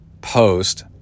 post